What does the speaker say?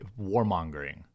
warmongering